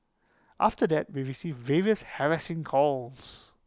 after that we received various harassing calls